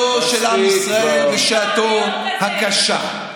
באיחודו של עם ישראל בשעתו הקשה.